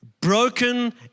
broken